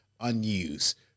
unused